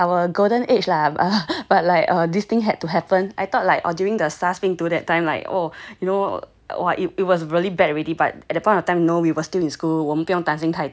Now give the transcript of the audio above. it's like our golden age lah but like this thing had to happen I thought like or during the SARS that time like or you know !wah! it it was really bad already but at that point of time know we were still in school 我们不用担心太多 but right now like oh ya !wah!